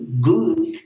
good